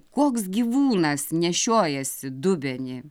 koks gyvūnas nešiojasi dubenį